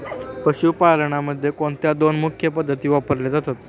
पशुपालनामध्ये कोणत्या दोन मुख्य पद्धती वापरल्या जातात?